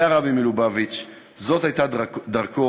זה הרבי מלובביץ', זאת הייתה דרכו.